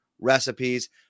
recipes